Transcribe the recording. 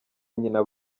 nyina